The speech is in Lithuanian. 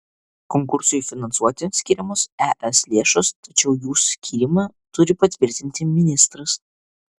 konkursui finansuoti skiriamos es lėšos tačiau jų skyrimą turi patvirtinti ministras